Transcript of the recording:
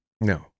No